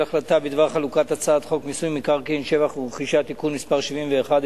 הכנסת בדבר חלוקת הצעת חוק מיסוי מקרקעין (שבח ורכישה) (תיקון מס' 71),